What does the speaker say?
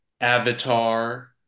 Avatar